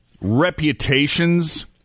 reputations